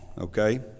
okay